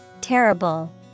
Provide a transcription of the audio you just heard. Terrible